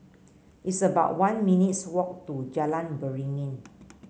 it's about one minutes' walk to Jalan Beringin